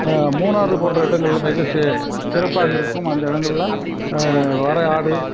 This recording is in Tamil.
மூணார் போன்ற இடங்களில் மிக சி சிறப்பாக இருக்கும் அந்த இடங்களில் வரையாடு